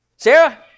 Sarah